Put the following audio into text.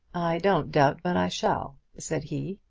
don't doubt but i shall, said he.